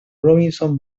robinson